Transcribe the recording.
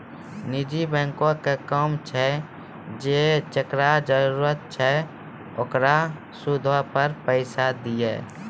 निजी बैंको के काम छै जे जेकरा जरुरत छै ओकरा सूदो पे पैसा दिये